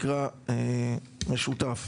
משותף.